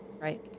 right